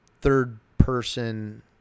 third-person